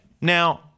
Now